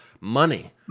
money